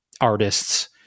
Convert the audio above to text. artists